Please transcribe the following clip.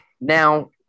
Now